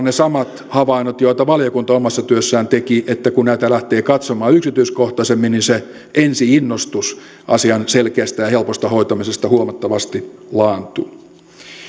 ne samat havainnot joita valiokunta omassa työssään teki että kun näitä lähtee katsomaan yksityiskohtaisemmin niin se ensi innostus asian selkeästä ja helposta hoitamisesta huomattavasti laantuu